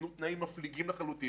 אנחנו מנסים לפתח אותו בעוד כמה כיוונים.